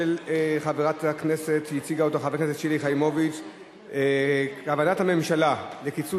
של חברת הכנסת שלי יחימוביץ: כוונת הממשלה לקיצוץ